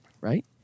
right